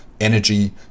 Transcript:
energy